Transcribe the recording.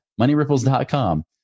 moneyripples.com